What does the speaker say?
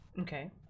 Okay